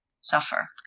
suffer